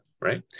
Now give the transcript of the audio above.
right